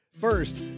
First